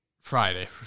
Friday